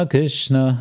Krishna